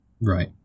Right